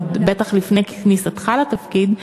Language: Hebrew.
בטח לפני כניסתך לתפקיד,